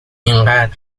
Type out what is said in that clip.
اینقد